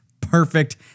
perfect